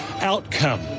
outcome